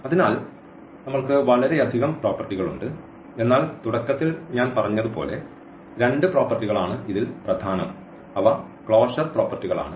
അതിനാൽ നമ്മൾക്ക് വളരെയധികം പ്രോപ്പർട്ടികൾ ഉണ്ട് എന്നാൽ തുടക്കത്തിൽ ഞാൻ പറഞ്ഞതുപോലെ രണ്ട് പ്രോപ്പർട്ടികളാണ് ഇതിൽ പ്രധാനം അവ ക്ലോഷർ പ്രോപ്പർട്ടികളാണ്